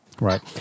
Right